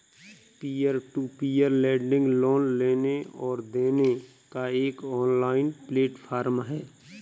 peer to peer lending loan लेने और देने का एक ऑनलाइन प्लेटफ़ॉर्म है